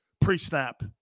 pre-snap